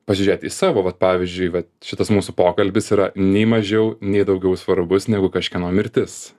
pasižiūrėt į savo vat pavyzdžiui vat šitas mūsų pokalbis yra nei mažiau nei daugiau svarbus negu kažkieno mirtis